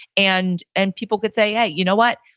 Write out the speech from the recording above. and and people could say, hey, you know what,